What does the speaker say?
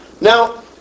Now